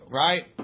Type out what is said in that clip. right